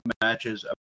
matches